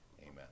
Amen